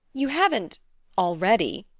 you haven't already?